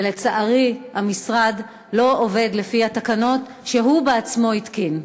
ולצערי המשרד לא עובד לפי התקנות שהוא בעצמו התקין.